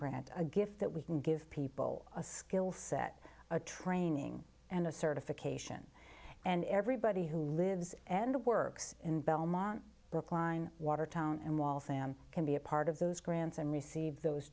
grant a gift that we can give people a skill set a training and a certification and everybody who lives and works in belmont brookline watertown and waltham can be a part of those grants and receive those